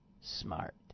smart